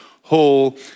whole